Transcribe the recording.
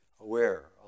aware